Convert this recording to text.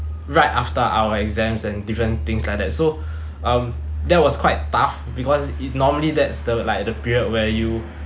right after our exams and different things like that so um that was quite tough because it normally that's the like the period where you